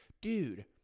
dude